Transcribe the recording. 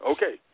Okay